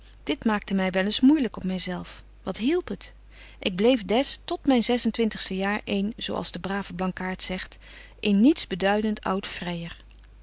dit maakte my wel eens moeilyk op my zelf wat hielp het ik bleef des tot myn zes en twintigste jaar een zo als de brave blankaart zegt een niets beduident oud vryer